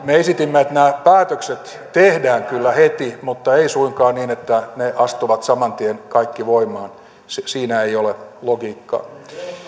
me esitimme että nämä päätökset tehdään kyllä heti mutta ei suinkaan niin että ne astuvat saman tien kaikki voimaan siinä ei ole logiikkaa